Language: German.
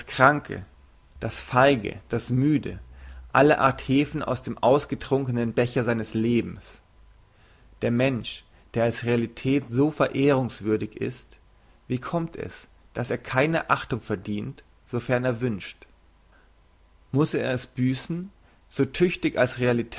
kranke das feige das müde alle art hefen aus dem ausgetrunkenen becher seines lebens der mensch der als realität so verehrungswürdig ist wie kommt es dass er keine achtung verdient sofern er wünscht muss er es büssen so tüchtig als